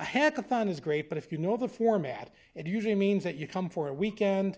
i had thought is great but if you know the format it usually means that you come for a weekend